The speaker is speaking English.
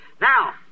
Now